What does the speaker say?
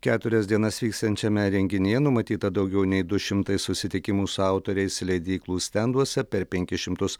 keturias dienas vyksiančiame renginyje numatyta daugiau nei du šimtai susitikimų su autoriais leidyklų stenduose per penkis šimtus